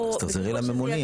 אז תחזרי לממונים.